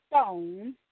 stone